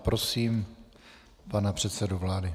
Prosím pana předsedu vlády.